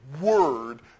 word